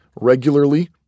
regularly